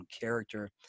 character